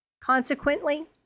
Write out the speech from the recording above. Consequently